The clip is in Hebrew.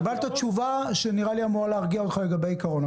קיבלת תשובה שאמורה להרגיע אותך לגבי העיקרון,